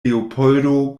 leopoldo